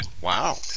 Wow